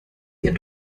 ihr